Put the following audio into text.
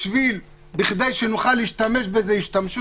כדי שנוכל לעשות בזה שימוש.